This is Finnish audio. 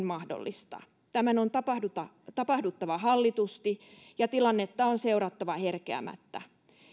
mahdollista tämän on tapahduttava tapahduttava hallitusti ja tilannetta on seurattava herkeämättä